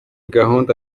gahunda